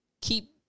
keep